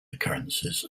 occurrences